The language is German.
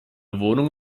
wohnung